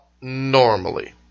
Normally